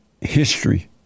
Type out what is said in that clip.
history